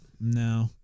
No